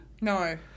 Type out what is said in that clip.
No